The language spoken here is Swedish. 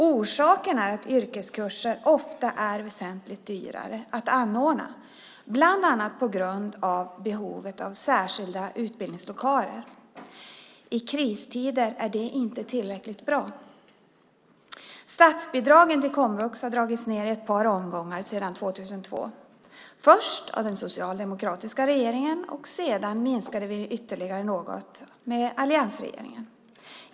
Orsaken är att yrkeskurser ofta är väsentligt dyrare att anordna, bland annat på grund av behovet av särskilda utbildningslokaler. I kristider är det inte tillräckligt bra. Statsbidraget till komvux har dragits ned i ett par omgångar sedan 2002, först av den socialdemokratiska regeringen, och sedan minskade alliansregeringen det ytterligare något.